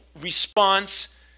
response